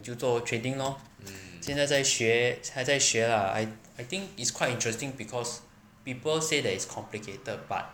就做 trading lor 现在在学还在学 lah I I think is quite interesting because people say that is complicated but